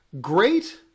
great